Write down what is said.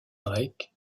drake